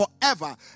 forever